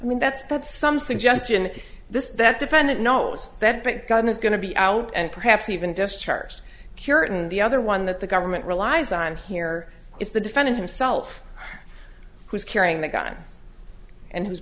i mean that's that's some suggestion this that defendant knows that that gun is going to be out and perhaps even discharged cureton the other one that the government relies on here it's the defendant himself who's carrying the gun and who's